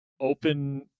open